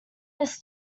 his